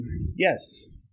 Yes